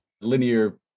linear